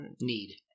need